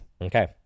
Okay